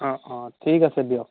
অঁ অঁ ঠিক আছে দিয়ক